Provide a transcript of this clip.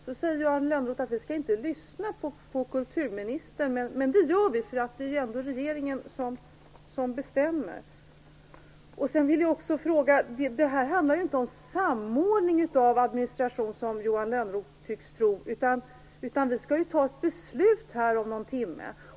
Så säger Johan Lönnroth att vi inte skall lyssna på kulturministern, men det gör vi. Det är ju ändå regeringen som bestämmer. Det här handlar inte om samordning av administration, som Johan Lönnroth tycks tro. Vi skall ju fatta ett beslut om någon timme.